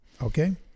Okay